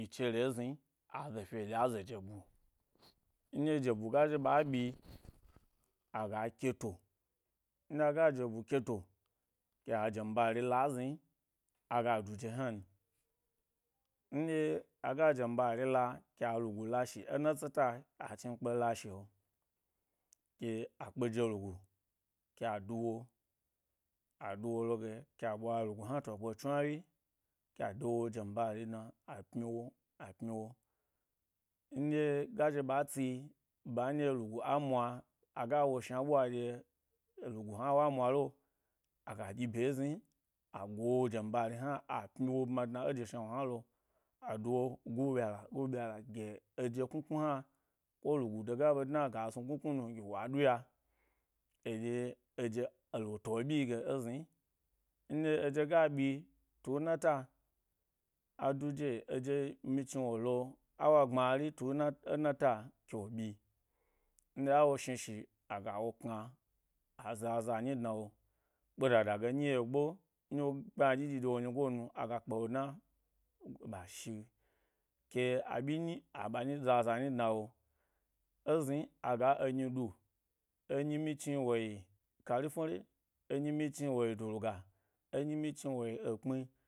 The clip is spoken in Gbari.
Aze fiyo, aɗye a ze jebu nɗye jebu ga zhi ba byi aga keto nɗye, aga jebu keto ke a jem bari la zni aga dije hnan, nɗye aga’ jem bari la ke a lugu lashi e natse ta, a chnikpe la shi’o ke a kpe’je lugu ke a duwo, a duwo loge kee a ɓwa lugu hna to kpo’o chnwa wyi a de wojembari dna, a pmyi wo a pmyi wo, nɗye ga zhi ɓa tsi ɓa nɗye lagu amwa aya wo shna e ɓwa dye lugu hna wa mna lo aga dyi bye zni agowo jen bari hna a pmyiwo bma dna eje shna wnu hna lo, adu wo gubyala gubyala gye eje knuknu han, ko lugo dege a ɓe dna gas nu knu knu nu gyi wa ɗuya eɗye eje ele to byi ge ezni, ndye eje ga ɓyi tu ena ta, a du je eje myichni wo lo awa gbmari tuna enato kewo ɓyi ndye awo shnishi, aga wo kna azaza nyi dna wo, kpedadage nyi yi’o gbo, ndye wu kpa ynaɗyi dyi de wo nyigo nu aga kpawo dna ɓa shi, ke a ɓyi nyi a ɓa nyi aza za nyi dna wo ezni aga enyi ɗu enyi myichni woyi kari fnure, enyi myichni woyi dulug enyi myichni woyi ekpmi.